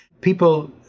People